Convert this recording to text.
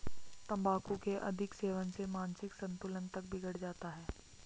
तंबाकू के अधिक सेवन से मानसिक संतुलन तक बिगड़ जाता है